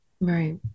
Right